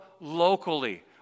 locally